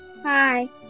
hi